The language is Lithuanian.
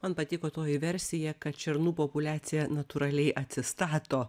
man patiko toji versija kad šernų populiacija natūraliai atsistato